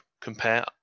compare